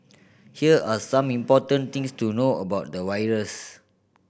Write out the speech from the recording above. here are some important things to know about the virus